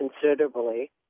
considerably